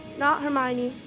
not hermione,